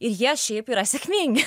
ir jie šiaip yra sėkmingi